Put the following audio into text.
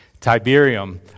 Tiberium